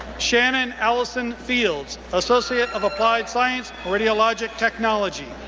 shannon allison fields, associate of applied science, radiologic technology.